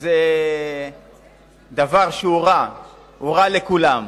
דבר רע לכולם,